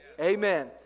amen